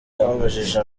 twabajije